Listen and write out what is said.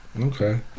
Okay